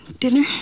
Dinner